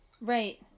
Right